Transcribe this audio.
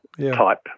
type